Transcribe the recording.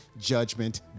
Judgment